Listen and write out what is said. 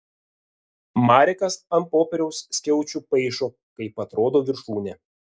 marekas ant popieriaus skiaučių paišo kaip atrodo viršūnė